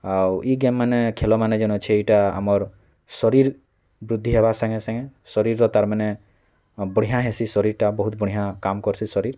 ଆଉ ଇ ଗେମ୍ମାନେ ଖେଲମାନେ ଯେନ୍ ଅଛେ ଏଇଟା ଆମର୍ ଶରୀର୍ ବୃଦ୍ଧି ହେବା ସାଙ୍ଗେ ସାଙ୍ଗେ ଶରୀର୍ ତା'ର୍ ମାନେ ବଢ଼ିହାଁ ହେସି ଶରୀର୍ଟା ବହୁତ ବଢ଼ିଆ କାମ୍ କରସି ଶରୀର୍